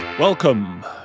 Welcome